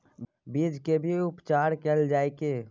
बीज के भी उपचार कैल जाय की?